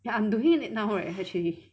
ya I'm doing it now leh actually